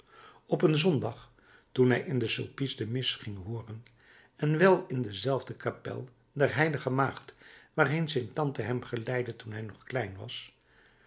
op een zondag toen hij in st sulpice de mis ging hooren en wel in dezelfde kapel der h maagd waarheen zijn tante hem geleidde toen hij nog klein was